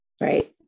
Right